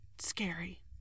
scary